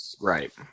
right